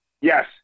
yes